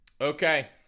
Okay